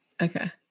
Okay